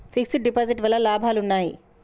Fix డ్ deposit వల్ల లాభాలు ఉన్నాయి?